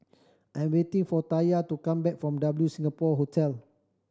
I'm waiting for Taya to come back from W Singapore Hotel